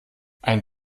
ein